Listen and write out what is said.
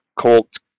Colt